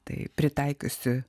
tai pritaikiusi